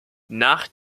nach